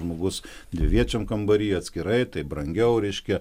žmogus dviviečiam kambary atskirai tai brangiau reiškia